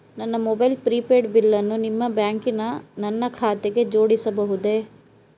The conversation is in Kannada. ನನ್ನ ಮೊಬೈಲ್ ಪ್ರಿಪೇಡ್ ಬಿಲ್ಲನ್ನು ನಿಮ್ಮ ಬ್ಯಾಂಕಿನ ನನ್ನ ಖಾತೆಗೆ ಜೋಡಿಸಬಹುದೇ?